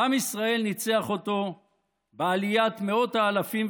ועם ישראל ניצח אותו בעליית מאות האלפים,